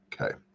Okay